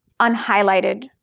unhighlighted